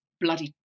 bloody